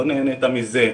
לא נהנית מזה,